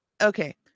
Okay